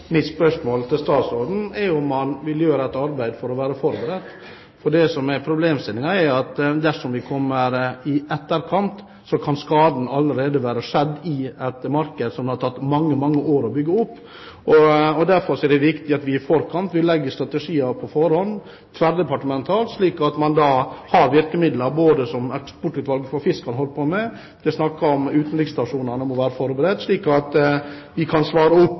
Mitt spørsmål til statsråden er om han vil gjøre et arbeid for å være forberedt. Det som er problemstillingen, er at dersom vi kommer i etterkant, kan skaden allerede være skjedd i et marked som det har tatt mange, mange år å bygge opp. Derfor er det viktig at vi legger strategier på forhånd, tverrdepartementalt, slik at man har virkemidler som Eksportutvalget for fisk kan holde på med. Det er snakket om at utenriksstasjonene må være forberedt, slik at de kan svare